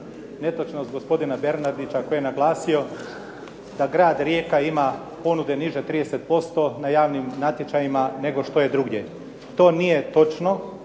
netočnost gospodina Bernardića koji je naglasio da grad Rijeka ima ponude niže 30% na javnim natječajima nego što je drugdje. To nije točno.